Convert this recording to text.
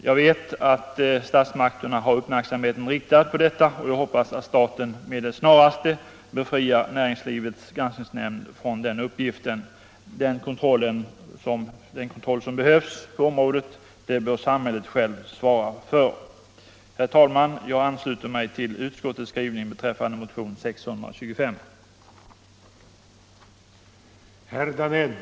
Jag vet att statsmakterna har uppmärksamheten riktad på detta, och jag hoppas att staten med det snaraste befriar Näringslivets granskningsnämnd från den uppgiften. Den kontroll som behövs på området bör samhället självt svara för. Herr talman! Jag ansluter mig till utskottets skrivning beträffande motionen 1975:625.